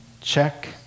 Check